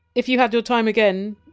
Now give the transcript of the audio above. if you had your time again,